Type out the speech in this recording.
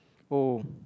oh